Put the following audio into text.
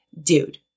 Dude